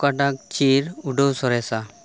ᱟᱠᱟᱴᱟᱜᱽ ᱪᱤᱨ ᱩᱰᱟᱹᱣ ᱥᱚᱨᱮᱥᱟ